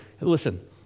listen